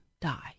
die